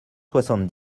soixante